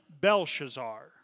Belshazzar